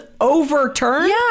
overturned